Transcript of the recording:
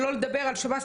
שלא לדבר על שב"ס,